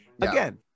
Again